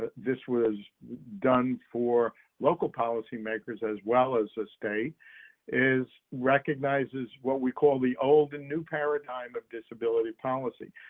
this was done for local policy-makers as well as the state is recognize as what we call the old and new paradigm of disability policy.